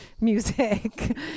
music